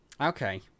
Okay